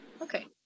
okay